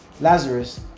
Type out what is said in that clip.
Lazarus